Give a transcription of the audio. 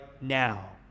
now